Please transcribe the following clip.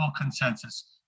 consensus